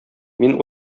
мин